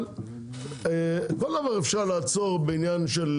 אבל כל דבר אפשר לעצור בעניין של